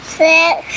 six